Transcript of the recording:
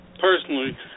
personally